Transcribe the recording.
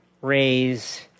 raise